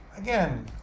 again